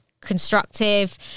constructive